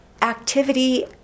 Activity